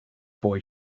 boy